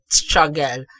struggle